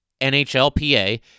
NHLPA